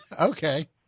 Okay